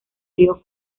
río